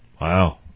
Wow